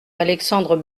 alexandre